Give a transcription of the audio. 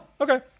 Okay